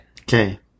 Okay